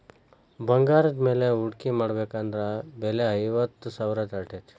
ಬಂಗಾರದ ಮ್ಯಾಲೆ ಹೂಡ್ಕಿ ಮಾಡ್ಬೆಕಂದ್ರ ಬೆಲೆ ಐವತ್ತ್ ಸಾವ್ರಾ ದಾಟೇತಿ